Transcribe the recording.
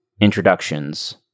introductions